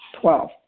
Twelve